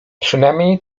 przynajmniej